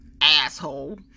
asshole